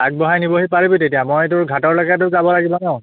আগবঢ়াই নিবহি পাৰিবি তেতিয়া মই তোৰ ঘাটৰলৈকে তোৰ যাব লাগিবা ন